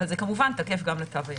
אבל זה כמובן תקף גם לתו הירוק.